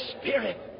Spirit